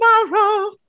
tomorrow